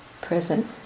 present